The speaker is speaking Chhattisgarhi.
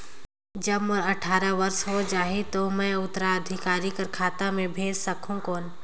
जब मोर अट्ठारह वर्ष हो जाहि ता मैं उत्तराधिकारी कर खाता मे भेज सकहुं कौन?